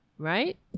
Right